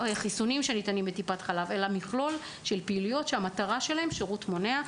מדובר במכלול פעילויות שהמטרה שלהן הוא שירות מונע,